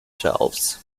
shelves